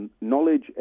Knowledge